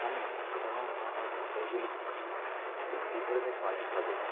আমি সাধারণত আমার ফসলগুলিকে বিক্রি করে থাকি অনেকভাবেই